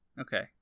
okay